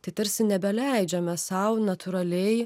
tai tarsi nebeleidžiame sau natūraliai